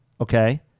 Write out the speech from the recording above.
Okay